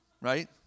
Right